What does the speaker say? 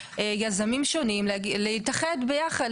יזמים שונים להתאחד ביחד.